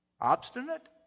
obstinate